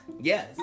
yes